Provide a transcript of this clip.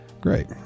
Great